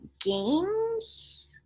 games